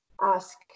ask